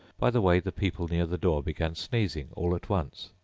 by the way the people near the door began sneezing all at once.